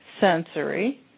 sensory